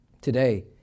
Today